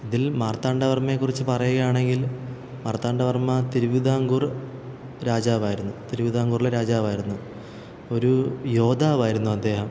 ഇതില് മാര്ത്താണ്ഡവര്മ്മയെക്കുറിച്ച് പറയുകയാണെങ്കില് മാര്ത്താണ്ഡവര്മ്മ തിരുവിതാംകൂര് രാജാവായിരുന്നു തിരുവിതാംകൂറിലെ രാജാവായിരുന്നു ഒരു യോദ്ധാവായിരുന്നു അദ്ദേഹം